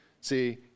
See